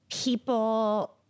people